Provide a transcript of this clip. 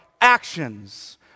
actions